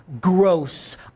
Gross